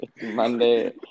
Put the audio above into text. Monday